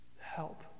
Help